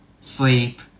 sleep